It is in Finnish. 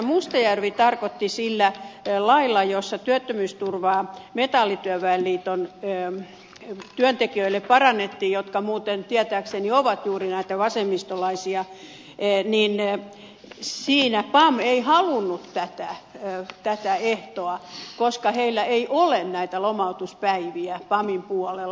mustajärvi tarkoitti sitä lakia jossa parannettiin työttömyysturvaa metallityöväen liiton työntekijöille jotka muuten tietääkseni ovat juuri näitä vasemmistolaisia niin siinä pam ei halunnut tätä ehtoa koska heillä ei ole näitä lomautuspäiviä pamn puolella